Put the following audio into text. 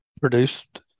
produced